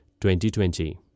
2020